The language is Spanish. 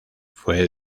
fue